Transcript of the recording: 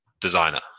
designer